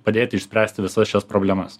padėti išspręsti visas šias problemas